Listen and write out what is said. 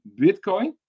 Bitcoin